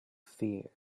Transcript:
fear